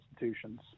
institutions